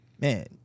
Man